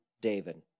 David